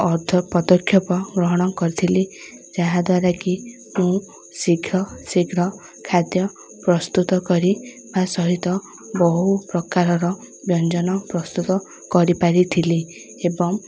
ଅର୍ଥ ପଦକ୍ଷେପ ଗ୍ରହଣ କରିଥିଲି ଯାହାଦ୍ୱାରା କି ମୁଁ ଶୀଘ୍ର ଶୀଘ୍ର ଖାଦ୍ୟ ପ୍ରସ୍ତୁତ କରି ବା ସହିତ ବହୁ ପ୍ରକାରର ବ୍ୟଞ୍ଜନ ପ୍ରସ୍ତୁତ କରିପାରିଥିଲି ଏବଂ